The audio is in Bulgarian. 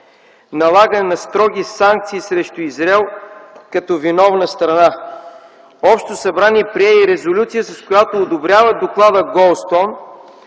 налагане на строги санкции срещу Израел като виновна страна. Общото събрание прие и резолюция, с която одобрява доклада „Голдстоун”